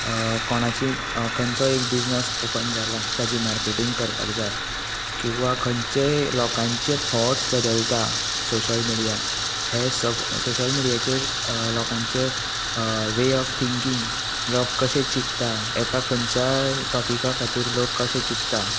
कोणाची खंयचोय एक बिझनेस ऑपन जाला ताची मार्केटींग करपाक जाय किंवा खंयचेय लोकांचे टॉट्स बदलता सोशियल मिडिया हे सोशियल मिडियाचेर लोकाचे वे ऑफ थिंकींग लोक कशे चिंत्ता एका खंयच्याय टॉपिका खातीर लोक कशे चिंत्ता